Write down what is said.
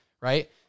right